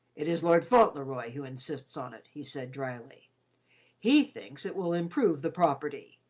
it is lord fauntleroy who insists on it, he said dryly he thinks it will improve the property.